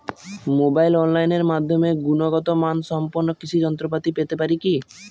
মোবাইলে অনলাইনের মাধ্যমে গুণগত মানসম্পন্ন কৃষি যন্ত্রপাতি পেতে পারি কি?